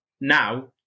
Now